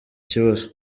kibazo